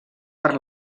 per